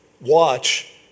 Watch